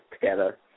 together